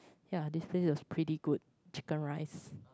ya this place has pretty good chicken rice